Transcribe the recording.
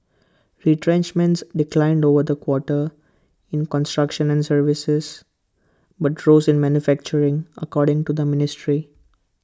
retrenchments declined over the quarter in construction and services but rose in manufacturing according to the ministry